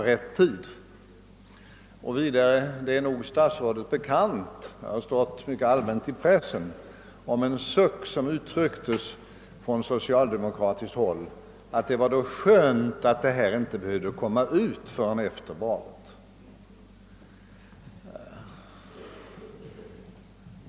Det har vidare stått ganska mycket i pressen om en suck som utstöttes från socialdemokratiskt håll att »det var skönt att detta inte behövde komma ut förrän efter valet».